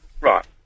Right